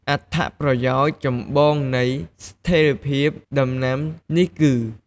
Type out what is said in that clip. អត្ថប្រយោជន៍ចម្បងនៃស្ថេរភាពដំណាំនេះគឺ៖